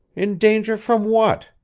in danger from what?